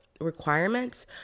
requirements